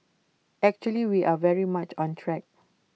actually we are very much on track